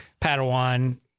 Padawan